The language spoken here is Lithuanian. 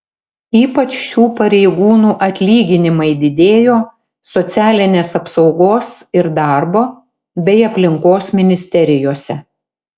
ypač šių pareigūnų atlyginimai didėjo socialinės apsaugos ir darbo bei aplinkos ministerijose